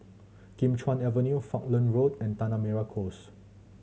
Kim Chuan Avenue Falkland Road and Tanah Merah Coast